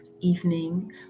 evening